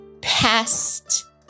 past